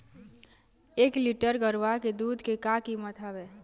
एक लीटर गरवा के दूध के का कीमत हवए?